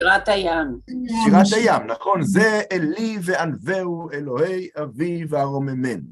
שירת הים. שירת הים, נכון. זה אלי ואנווהו אלוהי אבי וארוממנו.